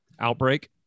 outbreak